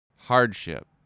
Hardship